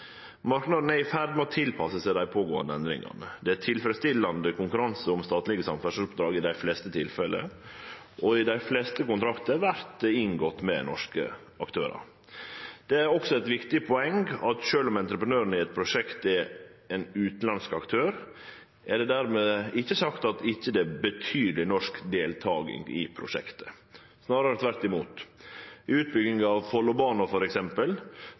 Marknaden er i ferd med å tilpasse seg dei pågåande endringane. Det er tilfredsstillande konkurranse om statlege samferdselsoppdrag i dei fleste tilfella, og dei aller fleste kontraktane vert inngåtte med norske aktørar. Det er òg eit viktig poeng at sjølv om entreprenøren i eit prosjekt er ein utanlandsk aktør, er det ikkje dermed sagt at det ikkje er betydeleg norsk deltaking i prosjektet. Snarare tvert imot. I utbygginga av